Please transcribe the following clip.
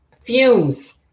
fumes